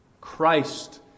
Christ